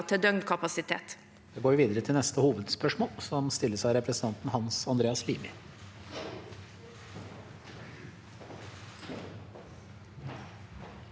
til døgnkapasitet.